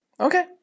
Okay